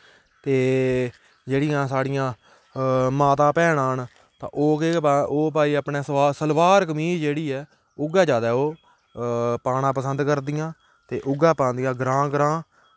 ते जेह्ड़ियां साढ़ियां माता भैनां न ते ओह् केह् भा ओह् भाई अपनै सलवार कमीज जेह्ड़ी ऐ उ'ऐ ज्यादा ओह् पाना पसंद करदियां ते उऐ पांदियां ग्रांऽ ग्रांऽ